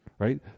Right